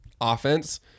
offense